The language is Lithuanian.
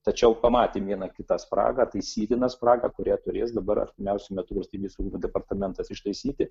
tačiau pamatėme vieną kitą spragą taisytiną spragą kurią turės dabar artimiausiu metu valstybės saugumo departamentas ištaisyti